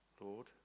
lord